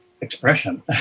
expression